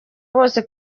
bose